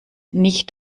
nicht